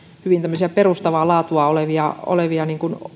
hyvin tämmöisiä perustavaa laatua olevia olevia